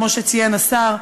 כמו שציין השר,